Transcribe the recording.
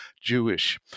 Jewish